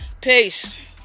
Peace